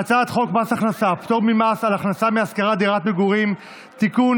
הצעת חוק מס הכנסה (פטור ממס על הכנסה מהשכרת דירת מגורים) (תיקון,